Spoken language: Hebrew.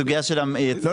לא,